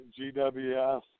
GWF